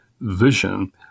vision